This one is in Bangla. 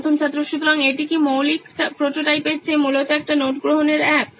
প্রথম ছাত্র সুতরাং এটি একটি মৌলিক প্রোটোটাইপের চেয়ে মূলত একটি নোট গ্রহণের অ্যাপ